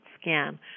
scan